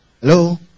Hello